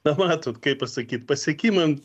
na matot kaip pasakyt pasiekimam